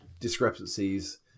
discrepancies